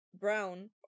brown